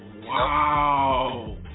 Wow